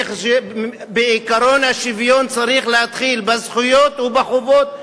בעקרון השוויון צריך להתחיל בזכויות ובחובות יחד,